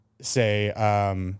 say